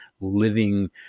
living